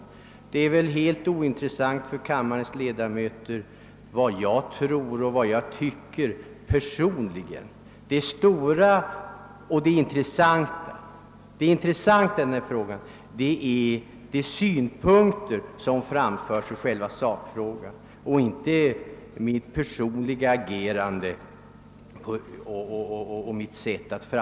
Det torde vara av ringa intresse för kammarens ledamöter vad jag personligen tror och tycker. Det är sakfrågan som vi skall diskutera.